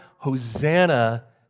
Hosanna